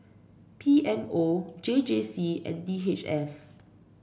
P M O J J C and D H S